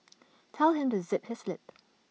tell him to zip his lip